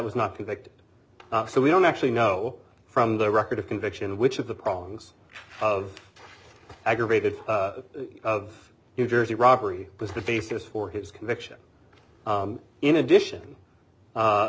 was not convicted so we don't actually know from the record of conviction which of the problems of aggravated of new jersey robbery was the faces for his conviction in addition